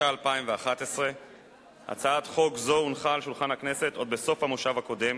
התשע"ב 2011. הצעת חוק זו הונחה על שולחן הכנסת עוד בסוף המושב הקודם,